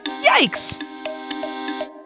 Yikes